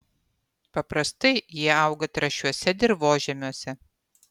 paprastai jie auga trąšiuose dirvožemiuose